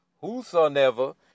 whosoever